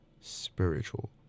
spiritual